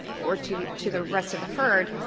or to the to the rest of the herd,